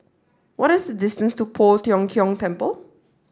what is the distance to Poh Tiong Kiong Temple